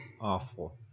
awful